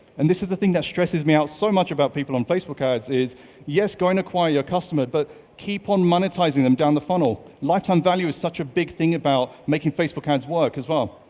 and this is the thing that stresses me out so much about people on facebook ads. it's yes, go and acquire your customer but keep on monetising them down the funnel. lifetime value is such a big thing about making facebook ads work as well,